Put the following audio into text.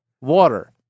water